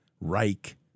Reich